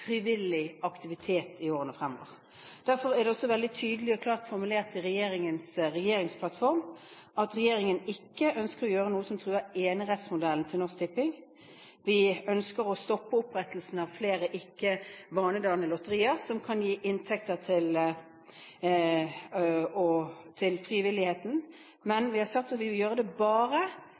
frivillig aktivitet i årene fremover. Derfor er det også veldig tydelig og klart formulert i regjeringsplattformen at regjeringen ikke ønsker å gjøre noe som truer enerettsmodellen til Norsk Tipping. Vi ønsker å stoppe opprettelsen av flere ikke-vanedannende lotterier som kan gi inntekter til frivilligheten, men vi har sagt at vi vil gjøre det bare